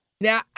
Now